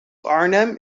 arnhem